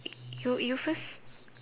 you you first